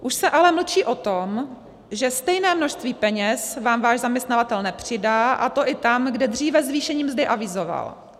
Už se ale mlčí o tom, že stejné množství peněz vám váš zaměstnavatel nepřidá, a to i tam, kde dříve zvýšení mzdy avizoval.